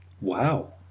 Wow